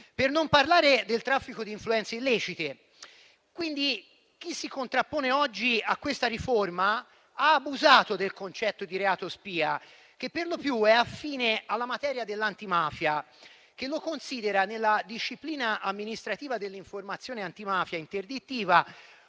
per non parlare del traffico di influenze illecite. Chi si contrappone oggi a questa riforma ha abusato del concetto di reato spia, che per lo più è affine alla materia dell'antimafia, che lo considera nella disciplina amministrativa dell'informazione antimafia interdittiva